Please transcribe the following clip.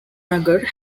nagar